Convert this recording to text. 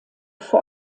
vor